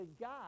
God